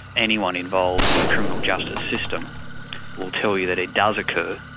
anyone involved in the criminal justice system will tell you that it does occur,